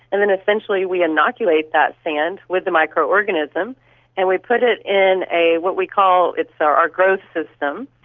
and then essentially we inoculate that sand with the microorganism and we put it in a, what we call, it's our our growth system,